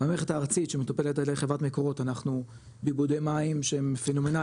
המערכת הארצית שמטופלת על ידי חברת מקורות אנחנו באיבודי מים פנומנליים.